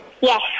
Yes